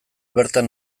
bertan